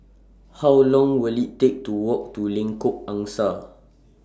How Long Will IT Take to Walk to Lengkok Angsa